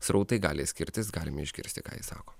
srautai gali skirtis galime išgirsti ką ji sako